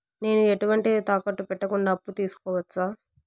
నేను ఎటువంటి తాకట్టు పెట్టకుండా అప్పు తీసుకోవచ్చా?